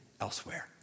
elsewhere